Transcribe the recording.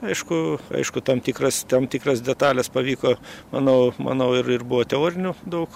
aišku aišku tam tikras tam tikras detales pavyko manau manau ir ir buvo teorinių daug